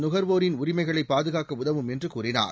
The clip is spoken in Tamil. நுகர்வோரின் உரிமைகளை பாதுகாக்க உதவும் என்று கூறினார்